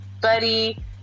buddy